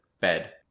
bed